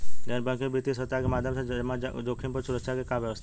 गैर बैंकिंग वित्तीय संस्था के माध्यम से जमा जोखिम पर सुरक्षा के का व्यवस्था ह?